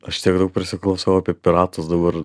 aš tiek daug prisiklausau apie piratus dabar